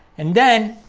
and then